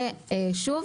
שוב,